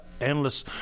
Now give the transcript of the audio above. endless